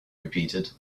repeated